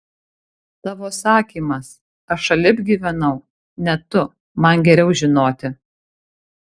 tavo sakymas aš šalip gyvenau ne tu man geriau žinoti